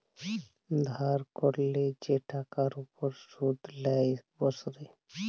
ধার ক্যরলে যে টাকার উপর শুধ লেই বসরে